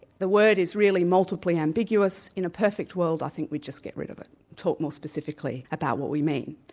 the word is really multiply ambiguous. in a perfect world i think we'd just get rid of it talk more specifically about what we mean.